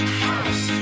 house